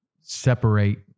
separate